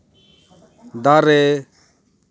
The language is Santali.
ᱫᱟᱨᱮ